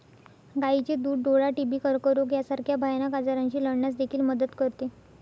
गायीचे दूध डोळा, टीबी, कर्करोग यासारख्या भयानक आजारांशी लढण्यास देखील मदत करते